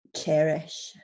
cherish